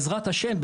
בעזרת השם,